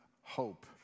hope